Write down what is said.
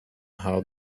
how